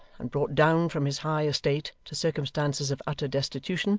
and brought down from his high estate to circumstances of utter destitution,